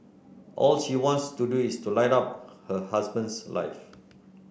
all she wants to do is to light up her husband's life